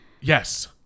Yes